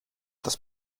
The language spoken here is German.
das